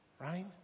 Right